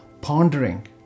pondering